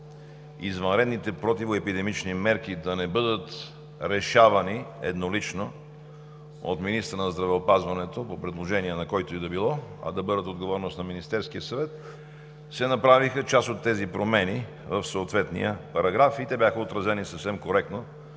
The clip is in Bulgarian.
извънредните противоепидемични мерки да не бъдат решавани еднолично от министъра на здравеопазването по предложение на който и да било, а да бъдат отговорност на Министерския съвет, се направиха част от тези промени в съответния параграф и те бяха отразени съвсем коректно